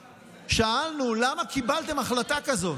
שאלנו: למה קיבלתם החלטה כזאת?